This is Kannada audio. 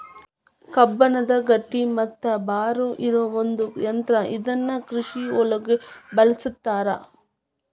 ಕಬ್ಬಣದ ಗಟ್ಟಿ ಮತ್ತ ಭಾರ ಇರು ಒಂದ ಯಂತ್ರಾ ಇದನ್ನ ಕೃಷಿ ಒಳಗು ಬಳಸ್ತಾರ